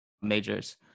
majors